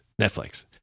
Netflix